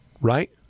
right